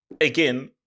again